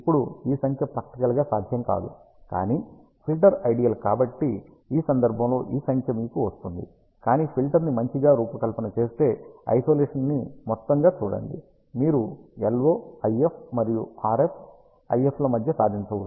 ఇప్పుడు ఈ సంఖ్య ప్రాక్టికల్ గా సాధ్యం కాదు కానీ ఫిల్టర్ ఐడియల్ కాబట్టి ఈ సందర్భంలో ఈ సంఖ్య మీకు వస్తుంది కానీ ఫిల్టర్ ని మంచిగా రూపకల్పన చేస్తే ఐసోలేషన్ ని మొత్తంగా చూడండి మీరు LO IF మరియు RF IF ల మధ్య సాధించవచ్చు